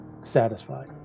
satisfied